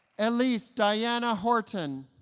elise diana horton